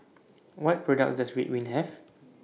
What products Does Ridwind Have